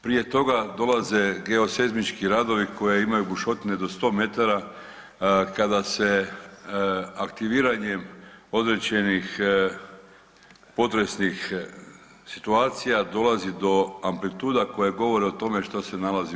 Prije toga dolaze geoseizmički radovi koje imaju bušotine do 100 m kada se aktiviranjem određenih potresnih situacija dolazi do amplituda koje govore o tome što se nalazi u